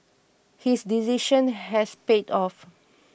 his decision has paid off